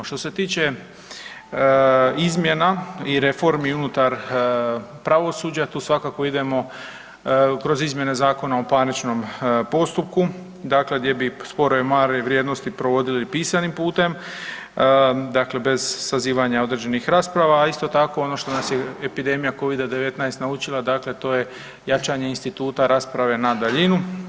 Što se tiče izmjena i reformi unutar pravosuđa tu svakako idemo kroz izmjene Zakona o parničnom postupku dakle gdje bi sporove male vrijednosti provodili pisanim putem dakle bez sazivanja određenih rasprava, a isto tako ono što nas je epidemija Covid-19 naučila dakle to je jačanje instituta rasprave na daljinu.